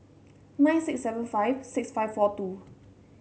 nine six seven five six five four two